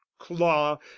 claw